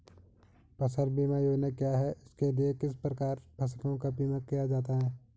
फ़सल बीमा योजना क्या है इसके लिए किस प्रकार फसलों का बीमा किया जाता है?